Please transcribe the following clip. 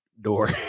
door